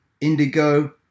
Indigo